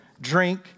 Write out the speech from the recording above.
drink